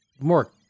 more